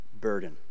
burden